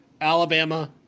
Alabama